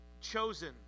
chosen